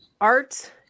art